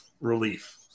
relief